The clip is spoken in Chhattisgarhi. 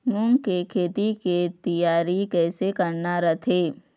मूंग के खेती के तियारी कइसे करना रथे?